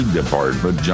department